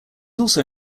also